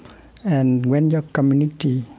and when the community